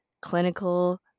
clinical